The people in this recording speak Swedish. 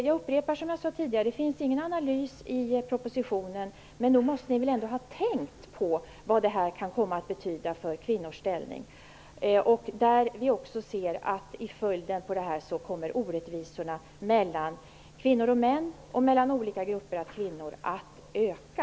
Jag upprepar att det inte finns någon analys i propositionen. Men nog måste ni väl ändå ha tänkt på vad det här kan komma att betyda för kvinnors ställning. En följd av det här är också att orättvisorna mellan kvinnor och män och mellan olika grupper kommer att öka.